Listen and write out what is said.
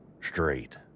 straight